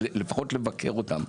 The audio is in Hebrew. או לפחות לבקר אותם.